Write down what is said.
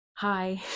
Hi